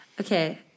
Okay